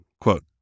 quote